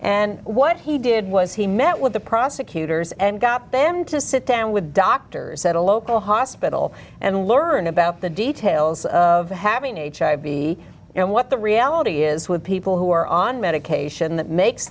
and what he did was he met with the prosecutors and got them to sit down with doctors at a local hospital and learn about the details of having to be and what the reality is d with people who are on medication that makes